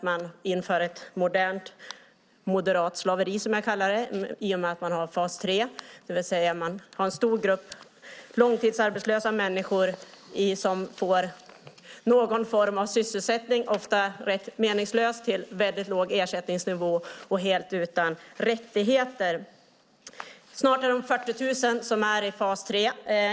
Man inför ett modernt moderat slaveri, som jag kallar det, i och med att man har fas tre. Man har en stor grupp långtidsarbetslösa människor som får någon form av sysselsättning, ofta rätt meningslös, till väldigt låg ersättningsnivå och helt utan rättigheter. Snart är det 40 000 som är i fas tre.